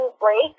break